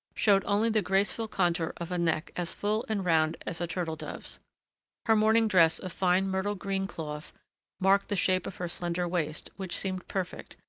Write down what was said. showed only the graceful contour of a neck as full and round as a turtle-dove's her morning dress of fine myrtle-green cloth marked the shape of her slender waist, which seemed perfect,